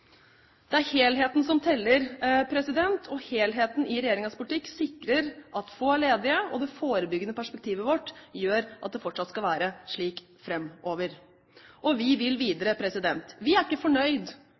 Det er helheten som teller, og helheten i regjeringens politikk sikrer at få er ledige, og det forebyggende perspektivet vårt gjør at det fortsatt skal være slik framover. Og vi vil